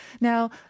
now